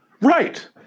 Right